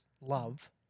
love